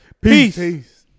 Peace